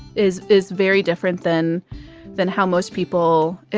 is is very different than than how most people are.